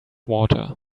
water